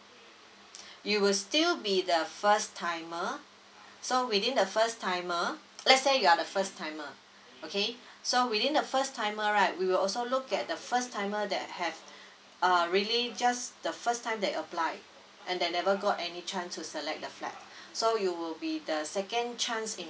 you will still be the first timer so within the first timer let's say you are the first timer okay so within the first timer right we will also look at the first timer that have err really just the first time that applied and they never got any chance to select the flat so you will be the second chance in